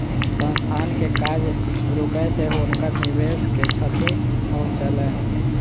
संस्थान के काज रुकै से हुनकर निवेश के क्षति पहुँचलैन